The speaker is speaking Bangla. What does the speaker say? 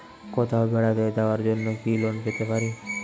কোথাও বেড়াতে যাওয়ার জন্য কি লোন পেতে পারি?